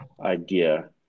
idea